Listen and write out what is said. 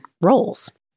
roles